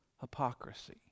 hypocrisy